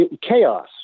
Chaos